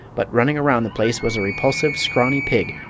but running around the place was a repulsive, scrawny pig,